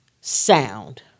Sound